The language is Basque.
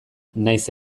nahiz